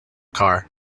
car